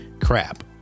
crap